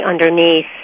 underneath